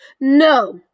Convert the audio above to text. No